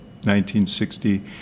1960